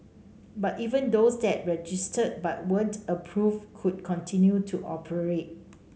but even those that registered but weren't approved could continue to operate